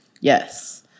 Yes